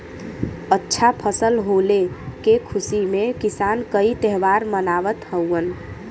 अच्छा फसल होले के खुशी में किसान कई त्यौहार मनावत हउवन